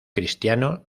cristiano